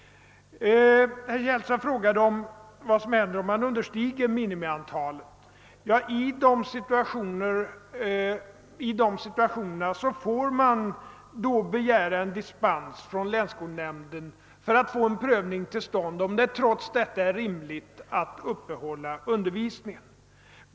Herr Källstad frågade vad som händer om man underskrider minimiantalet elever. Ja, i vissa situationer får man begära dispens från länsskolnämnden för att få till stånd en prövning av huruvida det trots allt är rimligt att upprätthålla undervisningen.